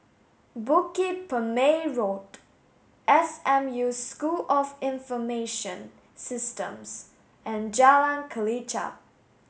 Bukit Purmei Road S M U School of Information Systems and Jalan Kelichap